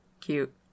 Cute